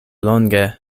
longe